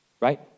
right